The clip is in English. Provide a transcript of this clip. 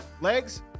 legs